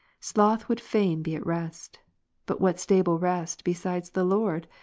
sloth would fain be at rest but what stable rest besides the lord?